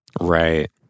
Right